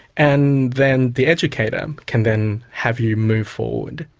and then the educator can then have you move forward.